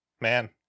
Man